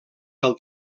del